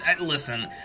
listen